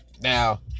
now